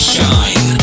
Shine